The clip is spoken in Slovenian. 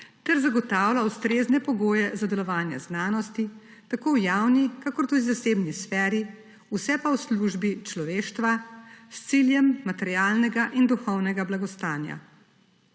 ter zagotavlja ustrezne pogoje za delovanje znanosti tako v javni kot tudi zasebni sferi, vse pa v službi človeštva s ciljem materialnega in duhovnega blagostanja.